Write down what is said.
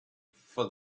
for